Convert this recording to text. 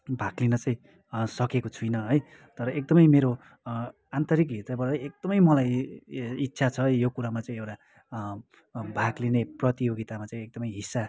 भाग लिन चाहिँ सकेको छुइनँ है तर एकदमै मेरो आन्तरिक ह्रदयबाट एकदमै मलाई इच्छा छ यो कुरामा चाहिँ एउटा भाग लिने प्रतियोगितामा चाहिँ एकदमै हिस्सा